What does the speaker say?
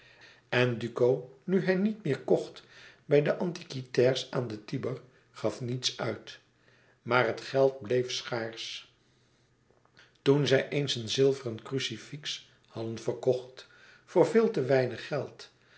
en duco nu hij niet meer kocht bij de antiquaires aan den tiber gaf niets uit maar het geld bleef schaarsch toen zij eens een zilveren crucifix hadden verkocht voor veel te weinig geld